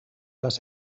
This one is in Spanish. las